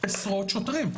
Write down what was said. עשרות שוטרים,